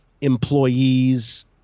employees